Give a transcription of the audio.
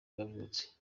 yavutse